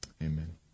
Amen